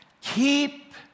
keep